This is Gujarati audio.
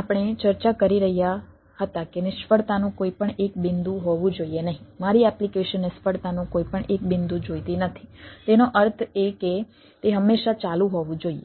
આપણે ચર્ચા કરી રહ્યા હતા કે નિષ્ફળતાનું કોઈપણ એક બિંદુ હોવું જોઈએ નહીં મારી એપ્લિકેશન નિષ્ફળતાનું કોઈપણ એક બિંદુ જોઈતી નથી તેનો અર્થ એ કે તે હંમેશા ચાલુ હોવું જોઈએ